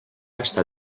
estar